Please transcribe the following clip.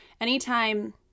anytime